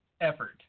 effort